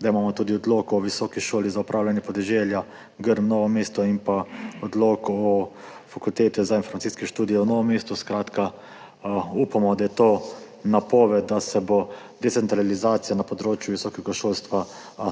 da imamo tudi odlok o Visoki šoli za upravljanje podeželja Grm Novo mesto in odlok o Fakulteti za informacijske študije v Novem mestu. Upamo, da je to napoved, da se bo decentralizacija na področju visokega šolstva